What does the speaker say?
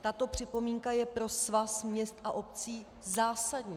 Tato připomínka je pro Svaz měst a obcí zásadní.